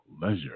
pleasure